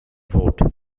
vote